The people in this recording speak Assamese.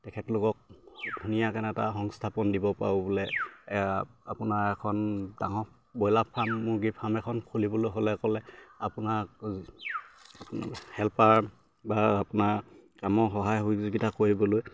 তেখেতলোকক ধুনীয়াকে এটা সংস্থাপন দিব পাৰোঁ বোলে আপোনাৰ এখন গাঁৱৰ ব্ৰইলাৰ ফাৰ্ম মুৰ্গী ফাৰ্ম এখন খুলিবলৈ হ'লে ক'লে আপোনাক হেল্পাৰ বা আপোনাৰ কামৰ সহায় সহযোগিতা কৰিবলৈ